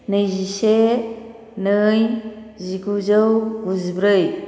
नैजिसे नै जिगुजौ गुजिब्रै